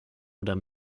oder